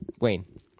wayne